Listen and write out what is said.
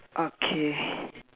okay